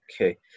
Okay